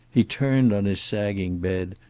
he turned on his sagging bed,